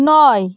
নয়